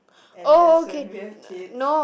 and that's when we have kids